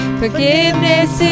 forgiveness